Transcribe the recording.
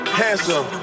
handsome